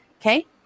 Okay